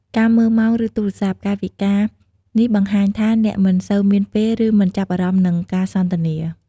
ការមើលម៉ោង ឬទូរស័ព្ទ កាយវិការនេះបង្ហាញថាអ្នកមិនសូវមានពេល ឬមិនចាប់អារម្មណ៍នឹងការសន្ទនា។